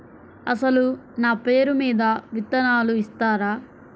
అసలు నా పేరు మీద విత్తనాలు ఇస్తారా?